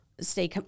stay